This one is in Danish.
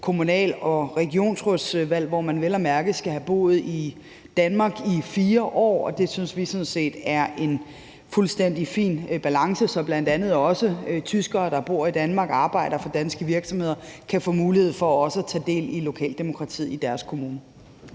kommunal- og regionsrådsvalg, hvor man vel at mærke skal have boet i Danmark i 4 år, og det synes vi sådan set er en fuldstændig fin balance, så bl.a. også tyskere, der bor i Danmark og arbejder for danske virksomheder, kan få mulighed for også at tage del i lokaldemokratiet i deres kommune.